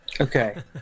Okay